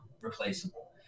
replaceable